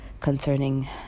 concerning